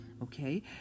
okay